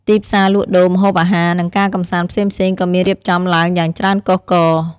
ទីផ្សារលក់ដូរ ម្ហូបអាហារ និងការកម្សាន្តផ្សេងៗក៏មានរៀបចំឡើងយ៉ាងច្រើនកុះករ។